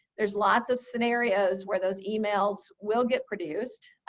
there's lots of scenarios where those emails will get produced.